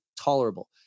tolerable